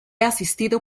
asistido